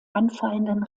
anfallenden